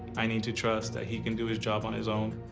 i need to trust that he can do his job on his own.